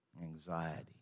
anxiety